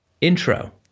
intro